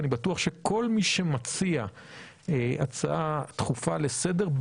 אני בטוח שכל מי שמציע הצעה דחופה לסדר,